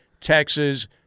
Texas